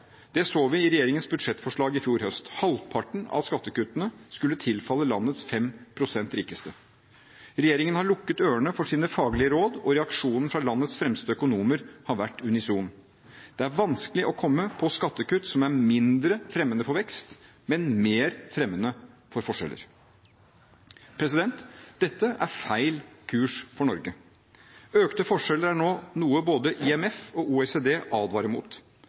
Det så vi i regjeringens budsjettforslag i fjor høst. Halvparten av skattekuttene skulle tilfalle landets 5 pst. rikeste. Regjeringen har lukket ørene for faglige råd, og reaksjonen fra landets fremste økonomer har vært unison: Det er vanskelig å komme på skattekutt som er mindre fremmende for vekst og mer fremmende for forskjeller. Dette er feil kurs for Norge. Økte forskjeller er nå noe både IMF og OECD advarer mot.